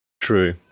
true